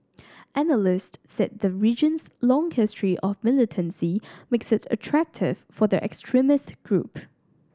analysts said the region's long history of militancy makes it attractive for the extremist group